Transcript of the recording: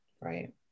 Right